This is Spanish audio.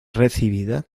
recibida